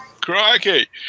crikey